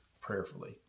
prayerfully